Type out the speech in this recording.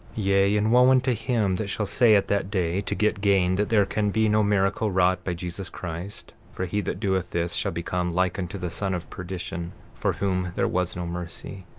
yea, and wo unto him that shall say at that day, to get gain, that there can be no miracle wrought by jesus christ for he that doeth this shall become like unto the son of perdition, for whom there was no mercy,